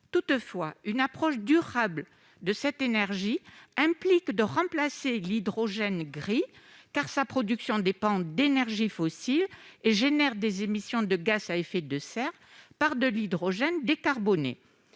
Toutefois, une approche durable de cette énergie implique de remplacer l'hydrogène dit « gris »- sa production dépend d'énergies fossiles et génère des émissions de gaz à effet de serre -par de l'hydrogène décarboné.